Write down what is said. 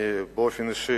אני באופן אישי